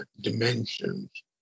dimensions